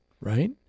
Right